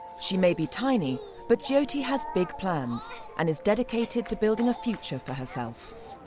she may be tiny but jyoti has big plans and is dedicated to building a future for herself.